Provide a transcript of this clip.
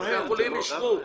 בית החולים אישר.